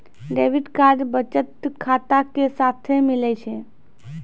debit card बचत खाता के साथे मिलै छै